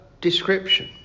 description